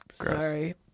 Sorry